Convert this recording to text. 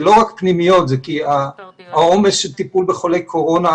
זה לא רק פנימיות כי העומס של טיפול בחולי קורונה,